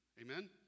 Amen